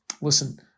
Listen